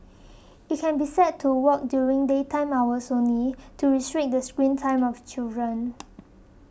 it can be set to work during daytime hours only to restrict the screen time of children